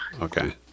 Okay